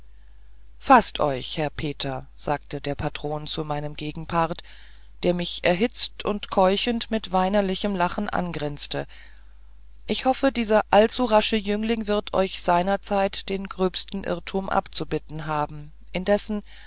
faßt euch herr peter sagte der patron zu meinem gegenpart der mich erhitzt und keuchend mit weinerlichem lachen angrinste ich hoffe dieser allzu rasche jüngling wird euch seinerzeit den gröbsten irrtum abzubitten haben indes